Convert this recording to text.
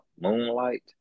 Moonlight